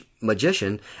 magician